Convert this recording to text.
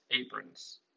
aprons